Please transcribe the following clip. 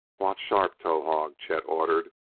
watch sharp, towahg! chet ordered.